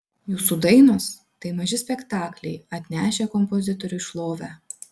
jūsų dainos tai maži spektakliai atnešę kompozitoriui šlovę